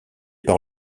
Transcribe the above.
par